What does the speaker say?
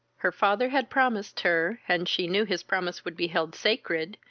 her father had promised her, and she knew his promise would be held sacred,